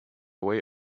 way